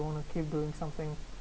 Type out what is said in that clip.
want to keep doing something